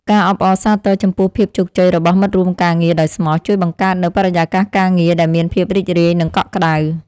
ការអបអរសាទរចំពោះភាពជោគជ័យរបស់មិត្តរួមការងារដោយស្មោះ ជួយបង្កើតនូវបរិយាកាសការងារដែលមានភាពរីករាយនិងកក់ក្តៅ។